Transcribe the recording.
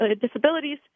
disabilities